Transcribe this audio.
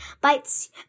bites